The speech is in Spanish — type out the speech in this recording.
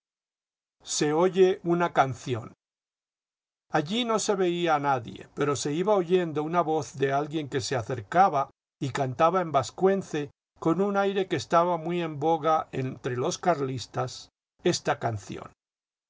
se oye una canción allí no se veía a nadie pero se iba oyendo una voz de alguien que se acercaba y cantaba en vascuence con un aire que estaba muy en boga entre los carlistas esta canción